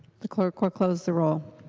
the clerk will close the roll.